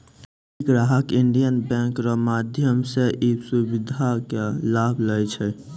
ढेरी ग्राहक Indian Bank रो माध्यम से ई सुविधा के लाभ लै छै